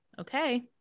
Okay